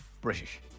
British